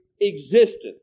existence